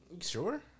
Sure